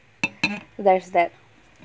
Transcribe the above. mm where's that